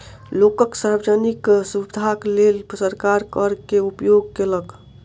लोकक सार्वजनिक सुविधाक लेल सरकार कर के उपयोग केलक